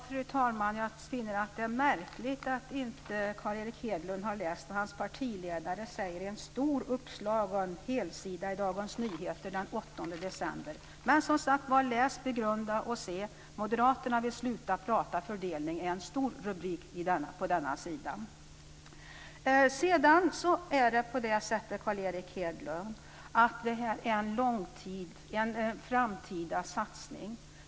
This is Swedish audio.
Fru talman! Jag finner det märkligt att inte Carl Erik Hedlund har läst vad hans partiledare säger i en stor artikel på en helsida i Dagens Nyheter den 8 december. Men, som sagt: Läs, begrunda och se! Moderaterna vill sluta prata fördelning; det är en stor rubrik på denna sida. Sedan är det på det sättet, Carl Erik Hedlund, att det här är en framtida satsning.